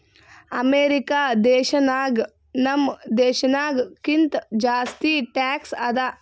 America ದೇಶನಾಗ್ ನಮ್ ದೇಶನಾಗ್ ಕಿಂತಾ ಜಾಸ್ತಿ ಟ್ಯಾಕ್ಸ್ ಅದಾ